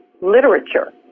literature